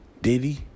Diddy